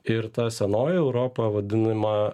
ir ta senoji europa vadinama